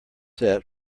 set